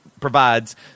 Provides